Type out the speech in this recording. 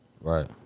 right